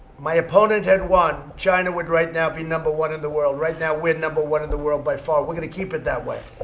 my opponent had won, china would right now be number one in the world. right now, we're number one in the world, by far. we're going to keep it that way.